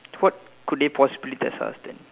what could they possibly test us then